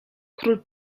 król